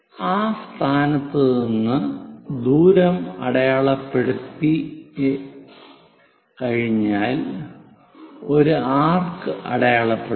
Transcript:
ആ സ്ഥാനത്ത് നിന്ന് ദൂരം അടയാളപ്പെടുത്തിയുകഴിഞ്ഞാൽ ഒരു ആർക്ക് അടയാളപ്പെടുത്തുക